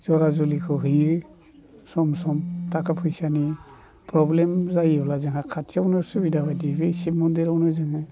ज'रा जुलिखौ होयो सम सम थाखा फैसानि प्रब्लेम जायोब्ला जोंहा खाथियावनो सुबिदा बायदियै बे शिब मन्दिरावनो जोङो